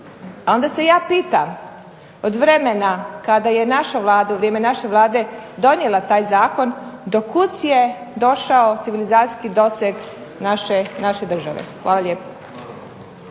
A onda se ja pitam od vremena kada je naša Vlada, u vrijeme naše Vlade, donijela taj zakon do kud si je došao civilizacijski doseg naše države? Hvala lijepo.